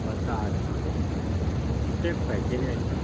पचास किलो एक पैकेट